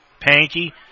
Panky